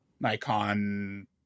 nikon